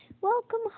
welcome